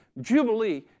Jubilee